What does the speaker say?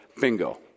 bingo